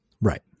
Right